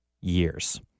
years